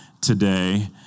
today